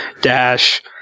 dash